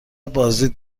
بازدید